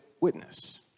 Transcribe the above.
witness